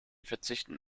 verzichten